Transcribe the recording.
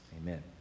amen